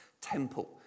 temple